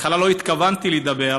בהתחלה לא התכוונתי לדבר,